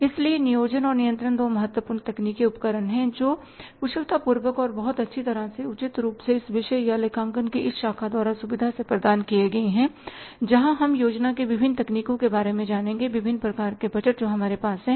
इसलिए नियोजन और नियंत्रण दो महत्वपूर्ण तकनीकें उपकरण हैं और जो कुशलतापूर्वक और बहुत अच्छी तरह से उचित रूप से इस विषय या लेखांकन की इस शाखा द्वारा सुविधा से प्रदान किए है जहां हम योजना के विभिन्न तकनीकों के बारे में जानेंगे विभिन्न प्रकार के बजट जो हमारे पास है